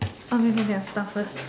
okay can can start first